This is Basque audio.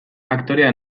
aktorea